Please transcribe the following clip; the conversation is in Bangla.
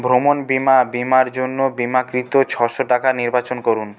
ভ্রমণ বীমা বীমার জন্য বিমাকৃত ছশো টাকা নির্বাচন করুন